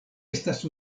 estas